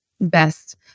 Best